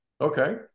Okay